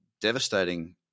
devastating